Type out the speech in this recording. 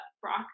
Brock